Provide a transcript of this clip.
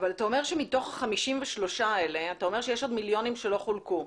אבל אתה אומר שמתוך ה-53 מיליון האלה יש עוד מיליונים שלא חולקו.